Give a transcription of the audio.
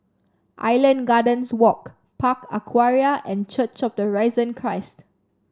Island Gardens Walk Park Aquaria and Church of the Risen Christ